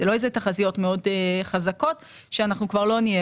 זאת לא תחזיות מאוד חזקות - כבר לא נהיה